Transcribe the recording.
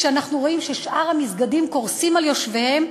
כשאנחנו רואים ששאר המסגדים קורסים על יושביהם,